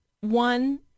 one